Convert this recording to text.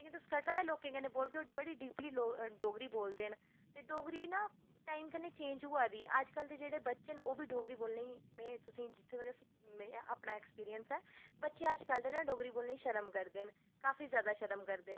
तुस कटरे दे लोकें कन्नै बोलगे ओह् बड़ी डीपली डोगरी बोलदे न ते डोगरी ना टाईम कन्नै चेंज होई दी ऐ अज्ज दे जेह्ड़े बच्चे न ओह् डोगरी बोलने गी में जित्थें तक्कर में अपना ऐक्सपिरिंस ऐ बच्चे अज्ज कल दे ना डोगरी बोलने गी शर्म करदे न काफी जादा शर्म करदे